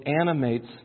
animates